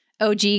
OG